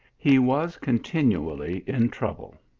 he was continually in trouble.